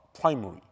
primary